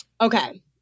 Okay